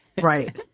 Right